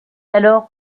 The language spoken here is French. alors